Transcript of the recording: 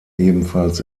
ebenfalls